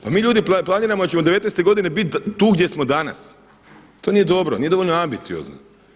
Pa mi ljudi planiramo da ćemo 2019. godine biti tu gdje smo danas, to nije dobro, nije dovoljno ambiciozno.